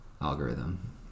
algorithm